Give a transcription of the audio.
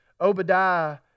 Obadiah